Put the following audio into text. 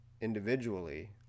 individually